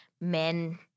men